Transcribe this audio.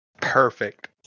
Perfect